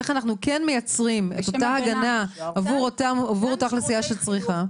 איך אנחנו כן מייצרים את אותה הגנה עבור אותה אוכלוסייה שצריכה?